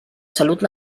salut